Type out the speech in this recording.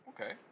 Okay